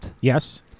Yes